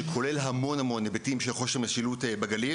שכולל בתוכו המון היבטים של חוסר משילות בגליל